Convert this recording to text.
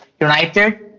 United